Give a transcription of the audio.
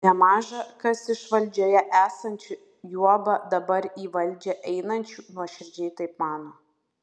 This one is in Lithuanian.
nemaža kas iš valdžioje esančių juoba dabar į valdžią einančių nuoširdžiai taip mano